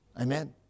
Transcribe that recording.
Amen